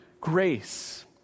grace